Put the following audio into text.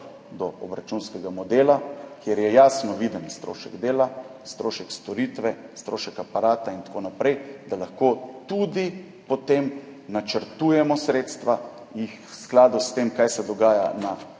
do obračunskega modela, kjer je jasno viden strošek dela, strošek storitve, strošek aparata in tako naprej, da lahko potem načrtujemo sredstva, jih v skladu s tem, kar se dogaja na